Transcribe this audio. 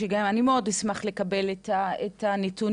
אני מאוד אשמח לקבל את הנתונים,